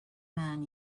man